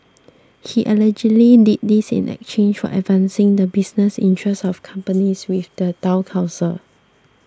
he allegedly did this in exchange for advancing the business interests of companies with the Town Council